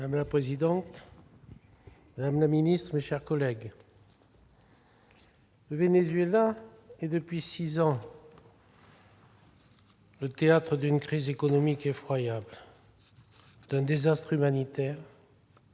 Madame la présidente, madame la secrétaire d'État, mes chers collègues, le Venezuela est, depuis six ans, le théâtre d'une crise économique effroyable, d'un désastre humanitaire